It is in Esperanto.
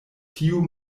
tiu